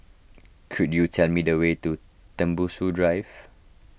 could you tell me the way to Tembusu Drive